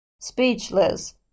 Speechless